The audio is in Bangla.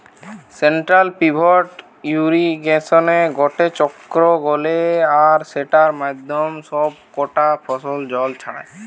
সেন্ট্রাল পিভট ইর্রিগেশনে গটে চক্র চলে আর সেটার মাধ্যমে সব কটা ফসলে জল ছড়ায়